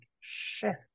shift